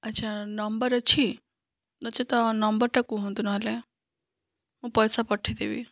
ଆଛା ନମ୍ବର ଅଛି ନଚେତ ନମ୍ବର ଟା କୁହନ୍ତୁ ନହେଲେ ମୁଁ ପଇସା ପଠେଇଦେବି